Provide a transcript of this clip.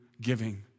giving